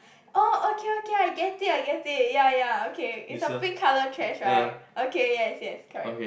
oh okay okay I get it I get it ya ya okay it's a pink colour trash right okay yes yes correct